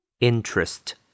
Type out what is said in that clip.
Interest